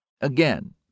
Again